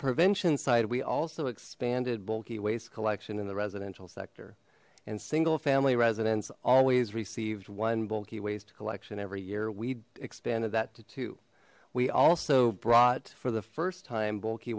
prevention side we also expanded bulky waste collection in the residential sector and single family residents always received one bulky waste collection every year we expanded that to two we also brought for the first time bulky